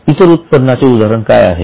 इतर उत्पन्नाचे उदाहरण काय आहे